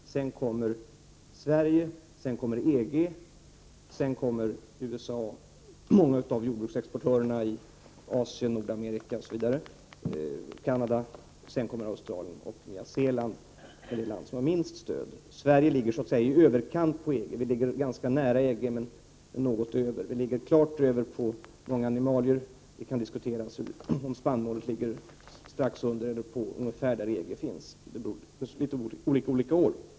Efter det kommer Sverige, sedan EG, så USA och många av jordbruksexportörerna i Asien, Nordamerika, Canada osv. och sedan kommer Australien. Nya Zeeland är det land som har minst stöd. Sveriges stöd ligger något över EG:s, ganska nära men ändå något över. Vårt stöd är klart högre beträffande vissa animalieprodukter. Det kan diskuteras om spannmålsstödet ligger strax över eller på samma nivå som EG:s, det skiljer litet mellan olika år.